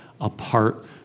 apart